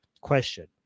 question